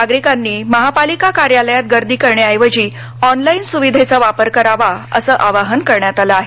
नागरिकांनी महापालिका कार्यालयात गर्दी करण्याऐवजी ऑनलाउि सुविधेचा वापर करावा असं आवाहन करण्यात आलं आहे